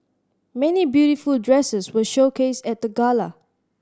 many beautiful dresses were showcased at the gala